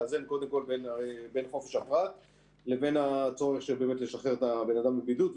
לאזן קודם כול בין חופש הפרט לבין הצורך באמת לשחרר את הבן אדם מבידוד.